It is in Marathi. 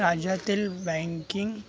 राज्यातील बँकिंग